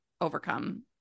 overcome